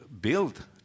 build